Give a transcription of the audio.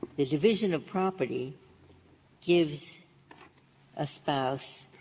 the division of property gives a spouse